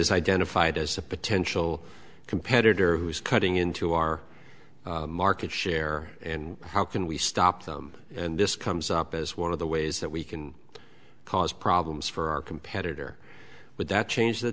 is identified as a potential competitor who is cutting into our market share in how can we stop them and this comes up as one of the ways that we can cause problems for our competitor would that change the